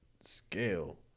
scale